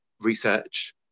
research